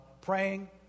praying